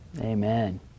Amen